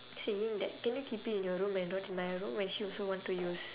saying that can you keep it your room and not in my room when she also want to use